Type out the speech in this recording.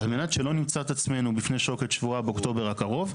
על מנת שלא נמצא את עצמנו בפני שוקת שבורה באוקטובר הקרוב.